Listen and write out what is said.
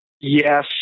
Yes